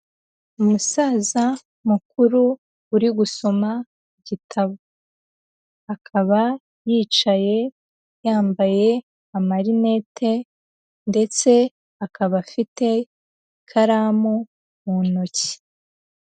Umusaza mukuru uri gusoma igitabo, akaba yicaye yambaye amarinete, ndetse akaba afite ikaramu mu ntoki.